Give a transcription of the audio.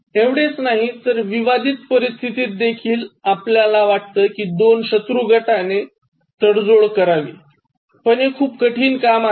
एवढाच नाही तर विवादित परिस्थिती देखील आहेत आपल्याला वाटत कि दोन शत्रू गटाने तडजोड करावी पण हे खूप कठीण काम आहे